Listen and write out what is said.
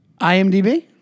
IMDb